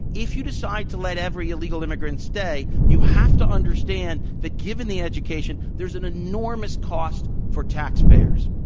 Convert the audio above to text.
if you decide to let every illegal immigrant stay, you have to understand that given the education there's an enormous cost for taxpayers.